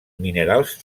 minerals